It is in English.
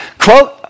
quote